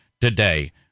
today